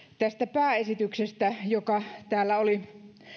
pääesityksestä joka täällä oli